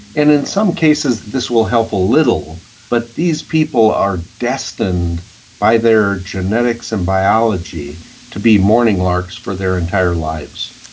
and in some cases this will help a little, but these people are destined by their genetics and biology to be morning larks for their entire lives.